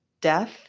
death